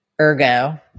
Ergo